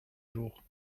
jours